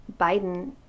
Biden